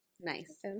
Nice